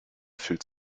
fühlt